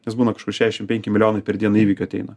nes būna kažkur šešiasdešim penki milijonai per dieną įvykių ateina